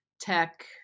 tech